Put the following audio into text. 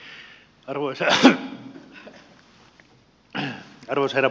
arvoisa herra puhemies